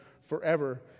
forever